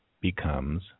becomes